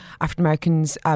African-Americans